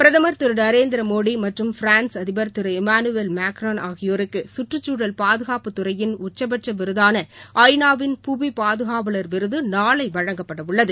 பிரதமர் திரு நரேந்திர மோடி மற்றும் பிரான்ஸ் அதிபர் திரு இம்மானுவேல் மேக்ரோன் ஆகியோருக்கு சுற்றுச்சூழல் பாதுகாப்புத் துறையின் உச்சபட்ச விருதான ஐநா வின் புவி பாதுகாவல் விருது நாளை வழங்கப்படவுள்ளது